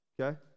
okay